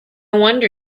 wonder